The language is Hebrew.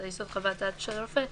על יסוד חוות דעת של רופא,